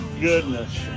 goodness